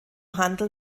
handel